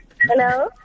hello